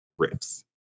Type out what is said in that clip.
riffs